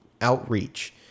outreach